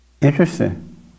Interesting